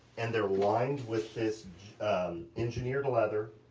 and they're lined with this engineered leather.